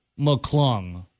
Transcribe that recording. McClung